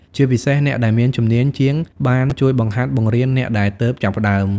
ជាពិសេស អ្នកដែលមានជំនាញជាងបានជួយបង្ហាត់បង្រៀនអ្នកដែលទើបចាប់ផ្ដើម។